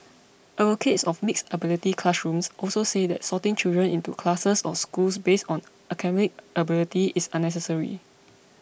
advocates of mixed ability classrooms also say that sorting children into classes or schools based on academic ability is unnecessary